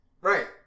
Right